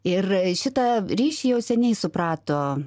ir šitą ryšį jau seniai suprato